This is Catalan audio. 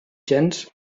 gens